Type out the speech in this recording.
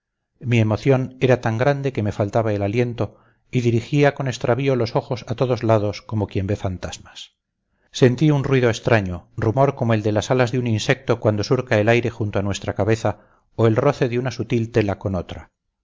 mi emoción era tan grande que me faltaba el aliento y dirigía con extravío los ojos a todos lados como quien ve fantasmas sentí un ruido extraño rumor como el de las alas de un insecto cuando surca el aire junto a nuestra cabeza o el roce de una sutil tela con otra